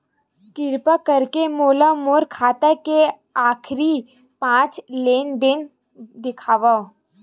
किरपा करके मोला मोर खाता के आखिरी पांच लेन देन देखाव